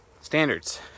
Standards